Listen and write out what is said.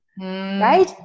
right